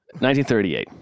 1938